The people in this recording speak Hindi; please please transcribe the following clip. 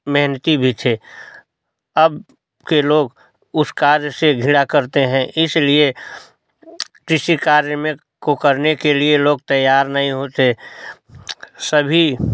मेहनती भी थे अब के लोग उस कार्य से घृणा करते हैं इसलिए कृषि कार्य मे को करने के लिए लोग तैयार नहीं होते सभी